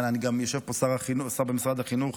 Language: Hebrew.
יושב פה שר במשרד החינוך,